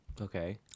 Okay